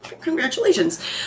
Congratulations